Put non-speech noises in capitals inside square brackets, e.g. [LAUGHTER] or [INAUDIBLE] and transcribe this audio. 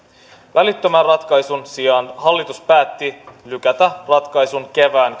välittömän ratkaisun sijaan hallitus päätti lykätä ratkaisun kevään [UNINTELLIGIBLE]